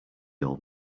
old